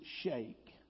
shake